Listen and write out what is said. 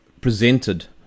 presented